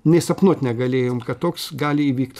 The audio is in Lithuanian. nė sapnuot negalėjom kad toks gali įvykt